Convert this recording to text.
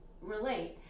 relate